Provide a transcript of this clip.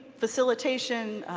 facilitation,